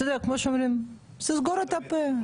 אתה יודע כמו שאומרים תסגור את הפה.